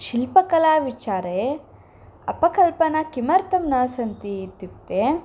शिल्पकलाविचारे अपकल्पना किमर्थं न सन्ति इत्युक्ते